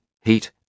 heat